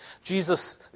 Jesus